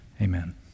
amen